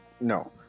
no